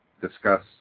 discuss